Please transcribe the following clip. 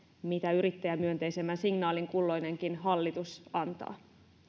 mitä yrittäjämyönteisemmän signaalin kulloinenkin hallitus antaa